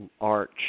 arch